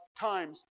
times